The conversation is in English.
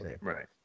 Right